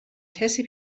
کسی